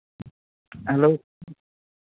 hello